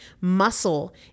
Muscle